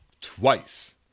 Twice